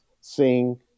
sing